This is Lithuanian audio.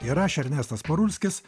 ir aš ernestas parulskis